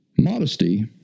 Modesty